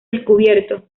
descubierto